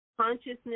consciousness